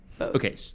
Okay